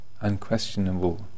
unquestionable